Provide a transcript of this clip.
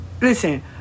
listen